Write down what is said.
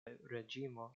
reĝimo